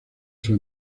sus